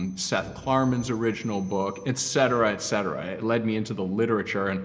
and seth klarman's original book, et cetera, et cetera. it led me into the literature. and